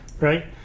right